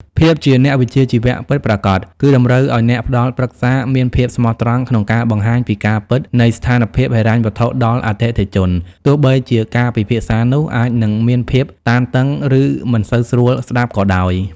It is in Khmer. ភាពជាអ្នកវិជ្ជាជីវៈពិតប្រាកដ គឺតម្រូវឱ្យអ្នកផ្ដល់ប្រឹក្សាមានភាពស្មោះត្រង់ក្នុងការបង្ហាញពីការពិតនៃស្ថានភាពហិរញ្ញវត្ថុដល់អតិថិជន ទោះបីជាការពិភាក្សានោះអាចនឹងមានភាពតានតឹង ឬមិនសូវស្រួលស្ដាប់ក៏ដោយ។